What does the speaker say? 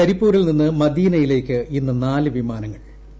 കരിപ്പൂരിൽ നിന്ന് മദീനയിലേക്ക് ഇന്ന് നാല് വിമാനങ്ങൾ കൂടി